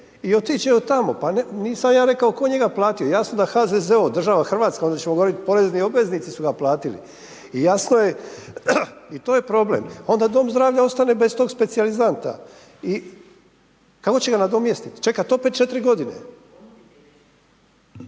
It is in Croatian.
i otiđe tamo. Pa nisam ja rekao tko je njega platio, jasno da HZZO, država hrvatska, onda ćemo govorit porezni obveznici su ga platili. I jasno je i to je problem, onda dom zdravlja ostane bez tog specijalizanta. I kako će ga nadomjestiti? Čekat opet četiri godine?